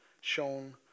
shown